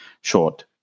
short